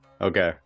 okay